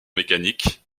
mécanique